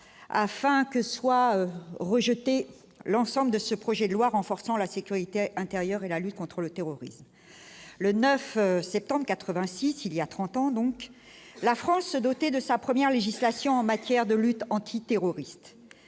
afin que soit rejeté l'ensemble de ce projet de loi renforçant la sécurité intérieure et la lutte contre le terrorisme, le 9 c'est. En 86 il y a 30 ans, donc, la France se doter de sa première législation en matière de lutte antiterroriste,